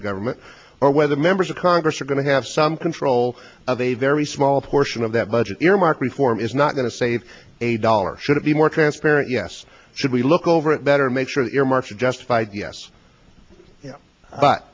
of government or whether members of congress are going to have some control of a very small portion of that budget earmark reform is not going to save a dollar should it be more transparent yes should we look over it better make sure the earmarks are justified yes